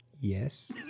Yes